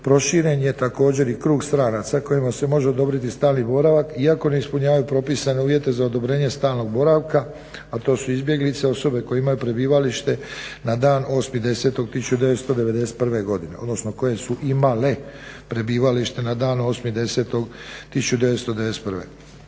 proširen je također i krug stranaca kojima se može odobriti stalni boravak iako ne ispunjavaju propisane uvjete za odobrenje stalnog boravaka a to su izbjeglice, osobe koje imaju prebivalište na dan 8.10.1991. godine, odnosno koje su imale prebivalište na dan 8.10.1991.